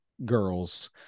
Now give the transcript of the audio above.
Girls